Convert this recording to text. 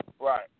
right